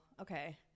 Okay